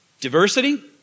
Diversity